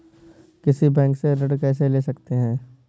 किसी बैंक से ऋण कैसे ले सकते हैं?